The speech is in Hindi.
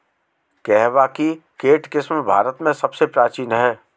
कहवा की केंट किस्म भारत में सबसे प्राचीन है